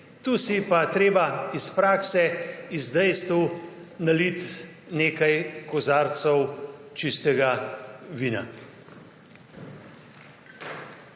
Tu si pa je treba iz prakse, iz dejstev naliti nekaj kozarcev čistega vina.